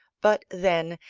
but then,